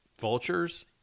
vultures